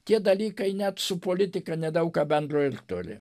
tie dalykai net su politika nedaug ką bendro ir turi